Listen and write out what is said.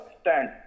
stand